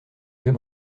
vais